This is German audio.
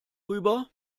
rüber